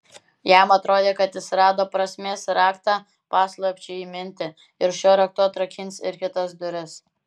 jam atrodė kad jis rado prasmės raktą paslapčiai įminti ir šiuo raktu atrakins ir kitas duris